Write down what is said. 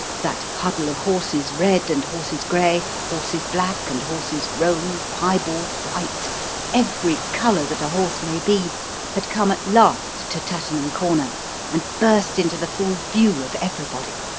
that huddle of horses red and horses grey, horses black and horses roan, piebald, white every colour that a horse may be had come at last to tattenham corner and burst into the full view of everybody.